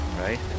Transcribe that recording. Right